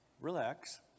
Relax